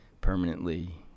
permanently